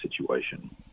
situation